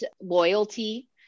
loyalty